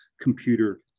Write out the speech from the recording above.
computer